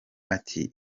ati